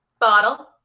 Bottle